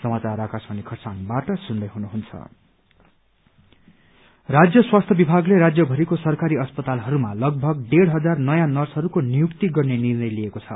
nurse राज्य स्वास्थ्य विभागले राज्यभरिको सरकारी अस्पतालहरूमा लगभग डेढ़ हजार नयाँ नर्सहरूको नियूक्ति गर्ने निर्णय लिएको छ